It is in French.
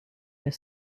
mais